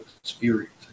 experience